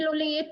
מילולית,